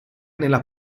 nella